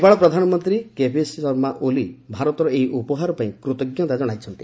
ନେପାଳ ପ୍ରଧାନମନ୍ତ୍ରୀ କେପି ଶର୍ମା ଓଲି ଭାରତର ଏହି ଉପହାର ପାଇଁ କୃତଜ୍ଞତା ଜଣାଇଛନ୍ତି